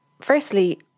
Firstly